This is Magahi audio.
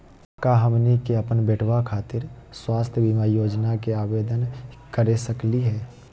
का हमनी के अपन बेटवा खातिर स्वास्थ्य बीमा योजना के आवेदन करे सकली हे?